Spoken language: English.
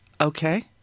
okay